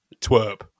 twerp